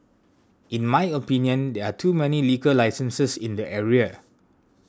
in my opinion there are too many liquor licenses in the area